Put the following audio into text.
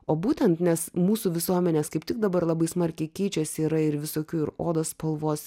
o būtent nes mūsų visuomenės kaip tik dabar labai smarkiai keičiasi yra ir visokių ir odos spalvos